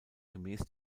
gemäß